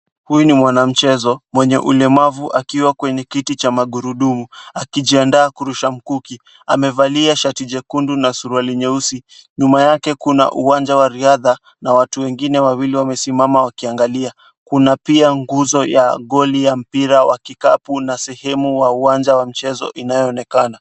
Huyu ni mwana michezo mwenye ulemavu akiwa kwenye kiti cha magurudumu. Akijiandaa kurusha mkuki. Amevalia shati jekundu na suruali nyeusi. Nyuma yake kuna uwanja wa riadha na watu wengine wawili wamesimama wakiangalia . Kuna pia nguzo ya goli ya mpira wa kikapu na sehemu wa uwanja wa mchezo inayoonekana.